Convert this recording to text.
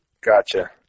Gotcha